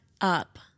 up